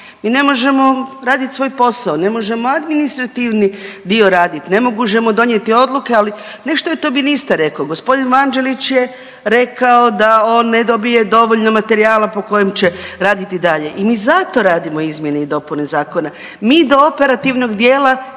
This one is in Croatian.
mi ne možemo raditi svoj posao, ne možemo administrativni dio raditi, ne možemo donijeti odluke, ali nešto je to ministar rekao, g. Vanđelić je rekao da one ne dobije dovoljno materijala po kojem će raditi dalje i mi zato radimo izmjene i dopune Zakona. Mi do operativnog dijela,